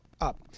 up